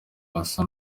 asa